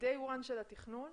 הראשון של התכנון